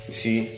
see